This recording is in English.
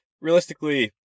Realistically